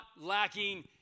lacking